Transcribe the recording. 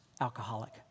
alcoholic